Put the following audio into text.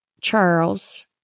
Charles